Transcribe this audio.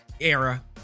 era